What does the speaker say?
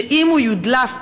שאם הוא יודלף,